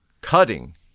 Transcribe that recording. cutting